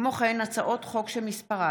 כמו כן, הצעות חוק שמספרן